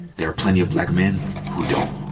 there are plenty of black men who don't.